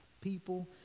people